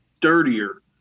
dirtier